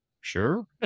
sure